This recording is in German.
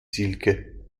silke